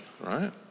right